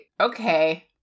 Okay